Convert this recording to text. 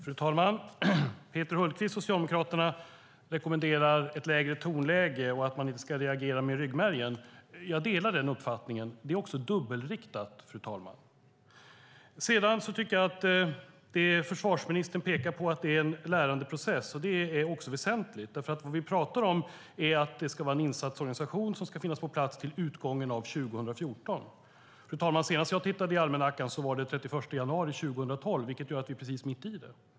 Fru talman! Peter Hultqvist från Socialdemokraterna rekommenderar ett lägre tonläge och att man inte ska reagera med ryggmärgen. Jag delar den uppfattningen. Det är också dubbelriktat. Försvarsministern pekar på att det är en lärandeprocess. Det är också väsentligt. Det som vi talar om är att det är en insatsorganisation som ska finnas på plats till utgången av 2014. Senast jag tittade i almanackan var det den 31 januari 2012, vilket gör att vi är precis mitt i det.